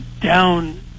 down